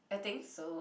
I think so